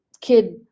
kid